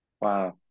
Wow